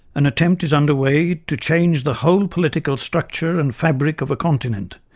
an attempt is underway to change the whole political structure and fabric of a continent,